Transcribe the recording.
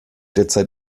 derzeit